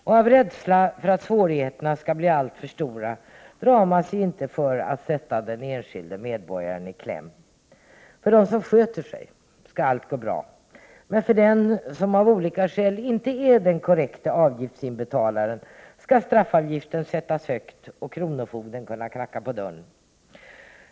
Och av rädsla för att svårigheterna skall bli alltför stora drar man sig inte för att sätta den enskilde medborgaren i kläm. För dem som sköter sig skall allt gå bra, men för den som av olika skäl inte är den korrekta avgiftsinbetalaren skall straffavgiften sättas högt och kronofogden kunna knacka på dörren.